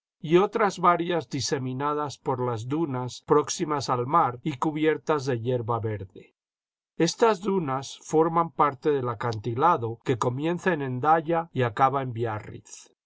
y otras varias diseminadas por las dunas próximas al mar y cubiertas de hierba verde estas dunas forman parte del acantilado que comienza en hendaya y acaba